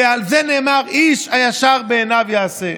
ועל זה נאמר: איש הישר בעיניו יעשה.